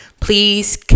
Please